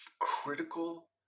critical